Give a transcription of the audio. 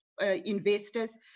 investors